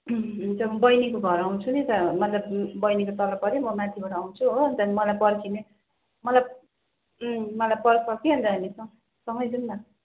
हुन्छ म बहिनीको घर आउँछु नि त मतलब बहिनीको तल पऱ्यो म माथिबाट आउँछु हो त्यहाँदेखिन् मलाई पर्खिने मलाई मलाई पर्ख कि अनि त अनि स सँगै जाऔँ न